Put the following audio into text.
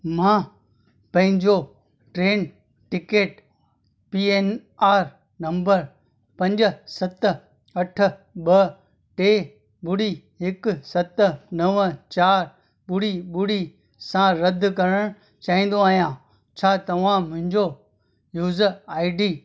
मां पंहिंजो train ticket P N R number पंज सत अठ ॿ टे ॿुड़ी हिकु सत नव चार ॿुड़ी ॿुड़ी सां रदि करण चाहींदो आहियां छा तव्हां मुंहिंजो यूज़र आई डी